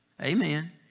Amen